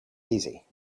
easy